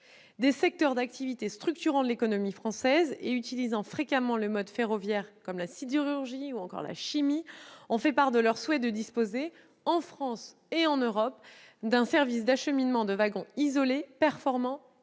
Des secteurs d'activité structurants de l'économie française utilisant fréquemment le mode ferroviaire, comme la sidérurgie ou encore la chimie, ont fait part de leur souhait de disposer, en France et en Europe, d'un service d'acheminement de wagons isolés performant et